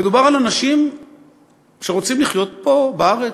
מדובר על אנשים שרוצים לחיות פה, בארץ,